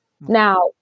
Now